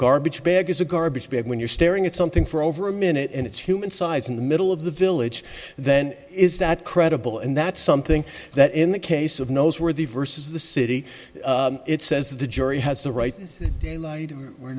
garbage bag is a garbage bag when you're staring at something for over a minute and it's human size in the middle of the village then is that credible and that's something that in the case of knows where the versus the city it says the jury has the right